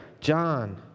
John